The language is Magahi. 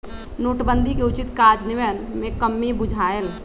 नोटबन्दि के उचित काजन्वयन में कम्मि बुझायल